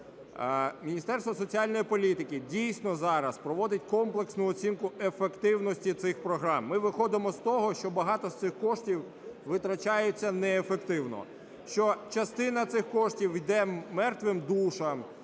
Міністерство соціальної політики, дійсно, зараз проводить комплексну оцінку ефективності цих програм. Ми виходимо з того, що багато з цих коштів витрачається неефективно, що частина цих коштів іде "мертвим душам",